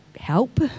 help